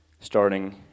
starting